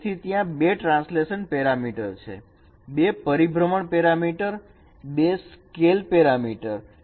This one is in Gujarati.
તેથી ત્યાં બે ટ્રાન્સલેશન પેરામીટર છે 2 પરિભ્રમણ પેરામીટર 2 સ્કેલ પેરામીટર છે